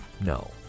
no